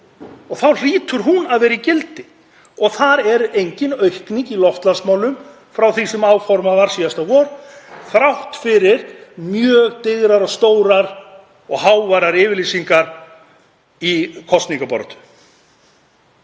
Þá hlýtur hún að vera í gildi. Og þar er engin aukning í loftslagsmálum frá því sem áformað var síðasta vor þrátt fyrir mjög digrar og háværar yfirlýsingar í kosningabaráttu.